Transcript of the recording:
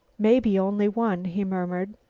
may be only one, he murmured.